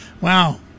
wow